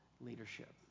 leadership